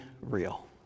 real